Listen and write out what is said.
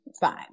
fine